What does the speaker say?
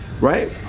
right